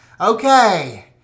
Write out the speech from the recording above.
Okay